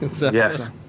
Yes